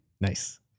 Nice